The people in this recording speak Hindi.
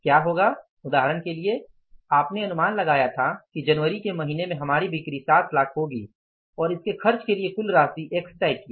क्या होगा उदाहरण के लिए आपने अनुमान लगाया था कि जनवरी के महीने में हमारी बिक्री 7 लाख होगी और इसके खर्च के लिए कुछ राशि एक्स तय किया